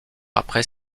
après